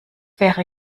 wäre